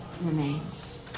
remains